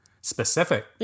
specific